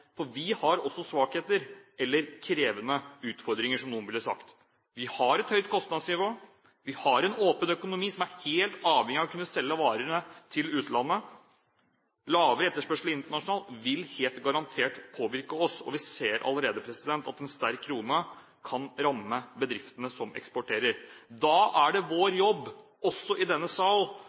for vi har også svakheter, eller krevende utfordringer, som noen ville sagt. Vi har et høyt kostnadsnivå, og vi har en åpen økonomi som er helt avhengig av å kunne selge varene til utlandet. Lavere etterspørsel internasjonalt vil helt garantert påvirke oss. Vi ser allerede at en sterk krone kan ramme bedriftene som eksporterer. Da er det vår jobb også i denne sal